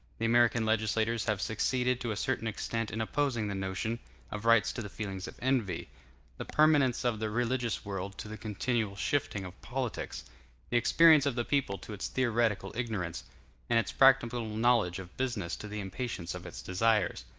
the american legislators have succeeded to a certain extent in opposing the notion of rights to the feelings of envy the permanence of the religious world to the continual shifting of politics the experience of the people to its theoretical ignorance and its practical knowledge of business to the impatience of its desires.